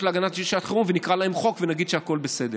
הגנה לשעת חירום ונקרא להן חוק ונגיד שהכול בסדר.